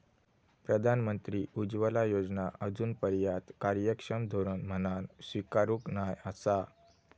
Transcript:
प्रधानमंत्री उज्ज्वला योजना आजूनपर्यात कार्यक्षम धोरण म्हणान स्वीकारूक नाय आसा